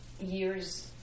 years